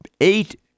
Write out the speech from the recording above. eight